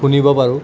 শুনিব পাৰোঁ